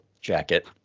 jacket